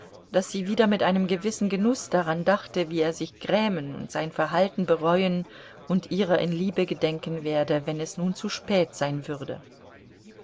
daß sie wieder mit einem gewissen genuß daran dachte wie er sich grämen und sein verhalten bereuen und ihrer in liebe gedenken werde wenn es nun zu spät sein würde